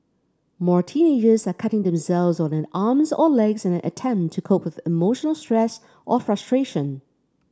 more teenagers are cutting themselves on their arms or legs in an attempt to cope with emotional stress or frustration